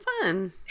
fun